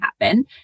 happen